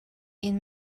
این